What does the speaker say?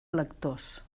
lectors